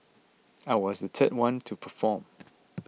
I was the third one to perform